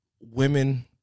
women